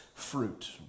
fruit